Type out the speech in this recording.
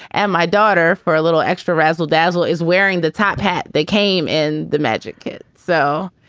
and my daughter for a little extra razzle dazzle is wearing the top hat. they came in the magic kit. so,